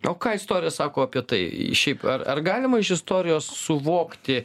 o ką istorija sako apie tai šiaip ar ar galima iš istorijos suvokti